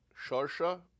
Shorsha